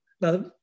now